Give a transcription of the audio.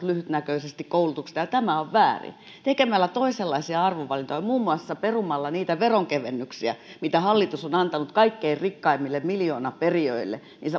lyhytnäköisesti koulutuksesta ja tämä on väärin tekemällä toisenlaisia arvovalintoja muun muassa perumalla niitä veronkevennyksiä mitä hallitus on antanut kaikkein rikkaimmille miljoonaperijöille